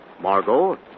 Margot